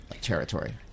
territory